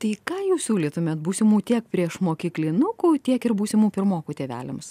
tai ką jūs siūlytumėt būsimų tiek priešmokyklinukų tiek ir būsimų pirmokų tėveliams